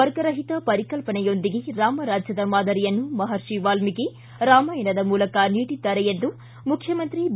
ವರ್ಗರಹಿತ ಪರಿಕಲ್ಪನೆಯೊಂದಿಗೆ ರಾಮ ರಾಜ್ಜದ ಮಾದರಿಯನ್ನು ಮಹರ್ಷಿ ವಾಲ್ಹಿಕಿ ರಾಮಾಯಣದ ಮೂಲಕ ನೀಡಿದ್ದಾರೆ ಎಂದು ಮುಖ್ಯಮಂತ್ರಿ ಬಿ